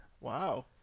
Wow